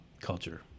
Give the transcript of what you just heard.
culture